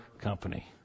company